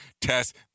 test